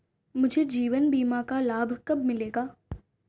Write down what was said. मुझे जीवन बीमा का लाभ कब मिलेगा?